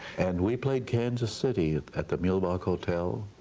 and we played kansas city at the mulebach hotel